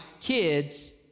kids